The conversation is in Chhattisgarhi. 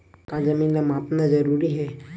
का जमीन ला मापना जरूरी हे?